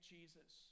Jesus